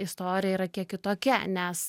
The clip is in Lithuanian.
istorija yra kiek kitokia nes